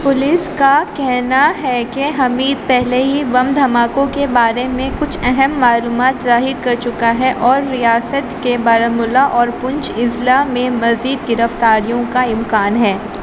police کا کہنا ہے کہ حمید پہلے ہی بم دھماکوں کے بارے میں کچھ اہم معلومات ظاہر کر چکا ہے اور ریاست کے بارہ مولہ اور پونچھ اضلاع میں مزید گرفتاریوں کا امکان ہے